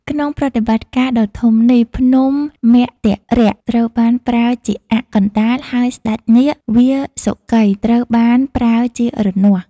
ក្នុងប្រតិបត្តិការដ៏ធំនេះ ភ្នំមន្ទរៈ ត្រូវបានប្រើជាអ័ក្សកណ្ដាល ហើយ ស្ដេចនាគវាសុកី ត្រូវបានប្រើជារនាស់។